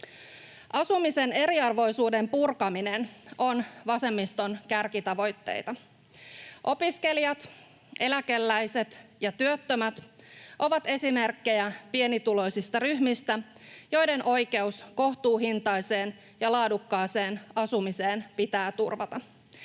Asumisen eriarvoisuuden purkaminen on vasemmiston kärkitavoitteita. Opiskelijat, eläkeläiset ja työttömät ovat esimerkkejä pienituloisista ryhmistä, joiden oikeus kohtuuhintaiseen ja laadukkaaseen asumiseen pitää turvata.